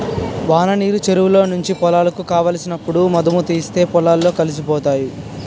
వాననీరు చెరువులో నుంచి పొలాలకు కావలసినప్పుడు మధుముతీస్తే పొలాలు కలిసిపోతాయి